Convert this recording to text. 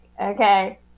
Okay